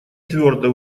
твердо